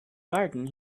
garden